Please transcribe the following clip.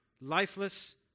lifeless